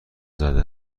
زده